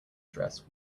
dress